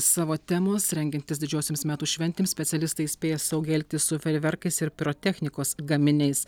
savo temos rengiantis didžiosioms metų šventėms specialistai įspėja saugiai elgtis su fejerverkais ir pirotechnikos gaminiais